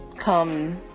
come